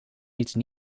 lieten